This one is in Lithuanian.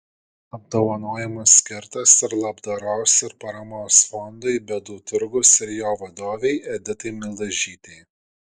apdovanojimas skirtas ir labdaros ir paramos fondui bėdų turgus ir jo vadovei editai mildažytei